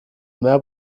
mehr